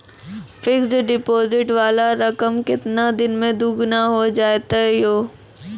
Fixed deposit वाला रकम केतना दिन मे दुगूना हो जाएत यो?